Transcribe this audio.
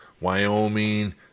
Wyoming